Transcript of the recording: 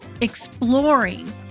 exploring